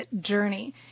journey